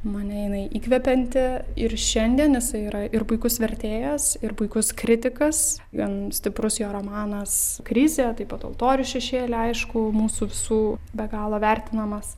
mane jinai įkvepianti ir šiandien jisai yra ir puikus vertėjas ir puikus kritikas gan stiprus jo romanas krizė taip pat altorių šešėly aišku mūsų visų be galo vertinamas